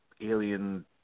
alien